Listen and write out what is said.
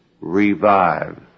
revive